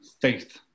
Faith